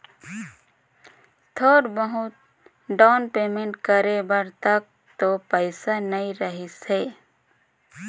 थोर बहुत down payment करे बर तक तो पइसा नइ रहीस हे